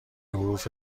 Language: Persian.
حروف